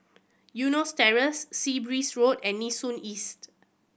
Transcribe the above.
Eunos Terrace Sea Breeze Road and Nee Soon East